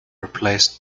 replaced